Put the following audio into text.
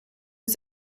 his